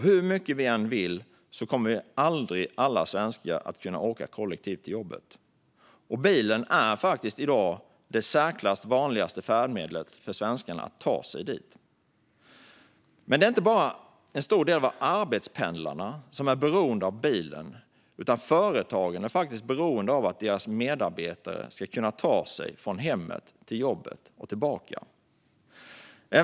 Hur gärna vi än vill kommer alla svenskar aldrig att kunna åka kollektivt till jobbet. Bilen är faktiskt i dag det i särklass vanligaste färdmedlet för svenskarna när det gäller att ta sig dit. Men det är inte bara en stor del av arbetspendlarna som är beroende av bilen. Företagen är faktiskt beroende av att deras medarbetare kan ta sig från hemmet till jobbet och tillbaka.